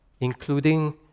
including